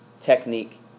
technique